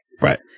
Right